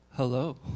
Hello